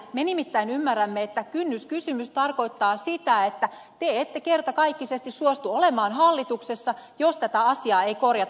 me nimittäin ymmärrämme että kynnyskysymys tarkoittaa sitä että te ette kertakaikkisesti suostu olemaan hallituksessa jos tätä asiaa ei korjata